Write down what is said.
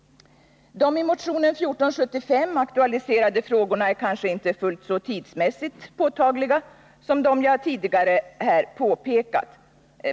De i motionen 1475 aktualiserade frågorna är kanske inte fullt så tidsmässigt påtagliga som de jag tidigare här påpekat.